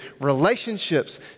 relationships